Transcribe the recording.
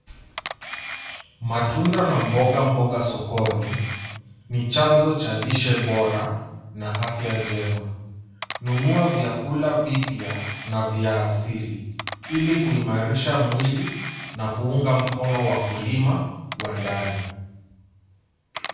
Matunda na mbogamboga sokoni ni chanzo cha lishe bora na afya njema. Nunua vyakula vipya na vya asili ili kuimarisha mwili na kuunga mkono wa kulima wa ndani.